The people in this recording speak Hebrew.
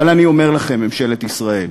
אבל אני אומר לכם, ממשלת ישראל,